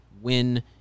win